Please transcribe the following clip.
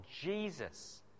Jesus